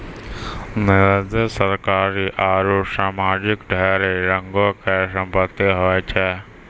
निजी, सरकारी आरु समाजिक ढेरी रंगो के संपत्ति होय छै